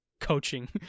coaching